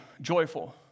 joyful